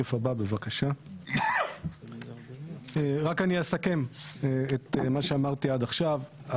רק אני אסכם את מה שאמרתי עד עכשיו.